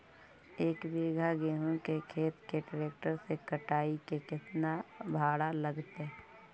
एक बिघा गेहूं के खेत के ट्रैक्टर से कटाई के केतना भाड़ा लगतै?